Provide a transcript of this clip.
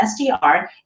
SDR